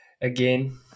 again